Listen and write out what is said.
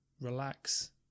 relax